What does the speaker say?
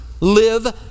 Live